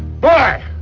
Boy